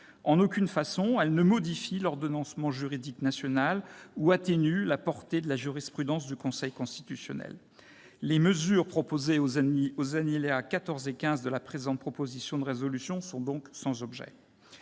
En aucune façon, elles ne modifient l'ordonnancement juridique national ou n'atténuent la portée de la jurisprudence du Conseil constitutionnel. Les mesures proposées aux alinéas 14 et 15 de la présente proposition de résolution sont donc sans objet.